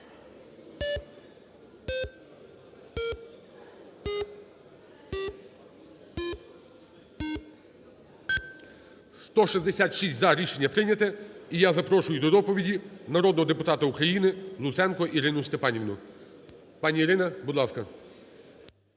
За-166 Рішення прийняте. І я запрошую до доповіді народного депутата України Луценко Ірину Степанівну. Пані Ірина, будь ласка.